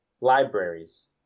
libraries